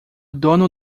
dono